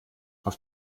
auf